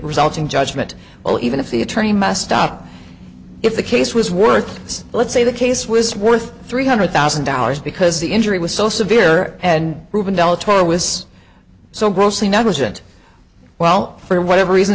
resulting judgment well even if the attorney must stop if the case was worthless let's say the case was worth three hundred thousand dollars because the injury was so severe and proven deltora was so grossly negligent well for whatever reason